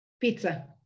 Pizza